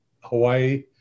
Hawaii